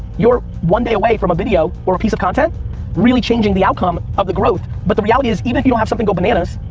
you're one day away from a video or piece of content really changing the outcome of the growth. but the reality is, even if you don't have something go bananas,